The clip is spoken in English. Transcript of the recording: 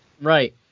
Right